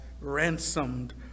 ransomed